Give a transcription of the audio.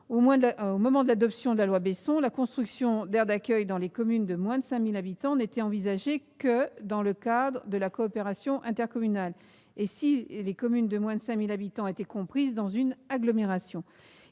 au moment de l'adoption de la loi, la construction d'aires d'accueil dans des communes de moins de 5 000 habitants n'était envisagée que dans le cadre de la coopération intercommunale, et si ces communes de moins de 5 000 habitants étaient comprises dans une agglomération.